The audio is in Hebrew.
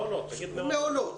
מעונות,